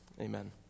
Amen